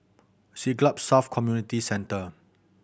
Siglap South Community Centre